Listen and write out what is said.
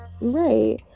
Right